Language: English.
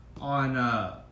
on